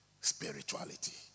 spirituality